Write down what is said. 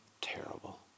terrible